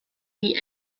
die